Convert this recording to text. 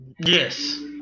Yes